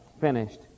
finished